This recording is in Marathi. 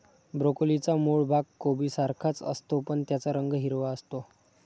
ब्रोकोलीचा मूळ भाग कोबीसारखाच असतो, पण त्याचा रंग हिरवा असतो